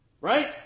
Right